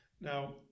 now